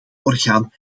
orgaan